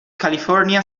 california